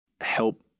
help